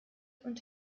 und